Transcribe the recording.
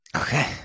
Okay